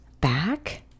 back